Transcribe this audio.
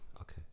Okay